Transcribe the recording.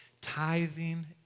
Tithing